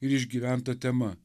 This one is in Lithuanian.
ir išgyventa tema